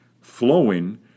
Flowing